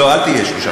לא, לא שלושה חודשים.